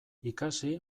ikasi